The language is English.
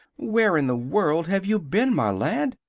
where in the world have you been, my lad?